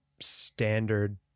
standard